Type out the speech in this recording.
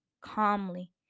calmly